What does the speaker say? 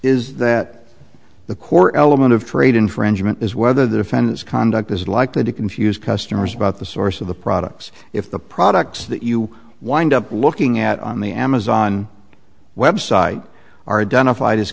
is that the core element of trade infringement is whether the defendant's conduct is likely to confuse customers about the source of the products if the products that you wind up looking at on the amazon website are identif